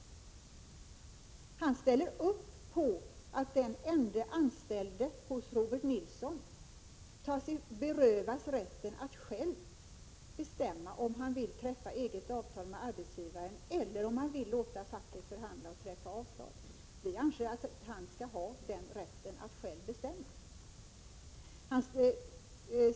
Sten Östlund ställer upp på att den ende anställde hos Robert Nilsson berövas rätten att själv bestämma om han vill träffa eget avtal med arbetsgivaren eller om han vill låta facket förhandla och träffa avtal. Vi anser att han skall ha rätten att själv bestämma.